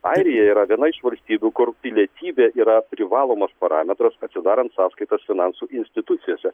airija yra viena iš valstybių kur pilietybė yra privalomas parametras atsidarant sąskaitas finansų institucijose